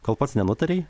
kol pats nenutarei